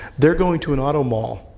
they are going to an automall.